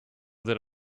that